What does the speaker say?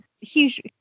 huge